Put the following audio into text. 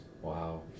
Wow